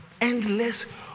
endless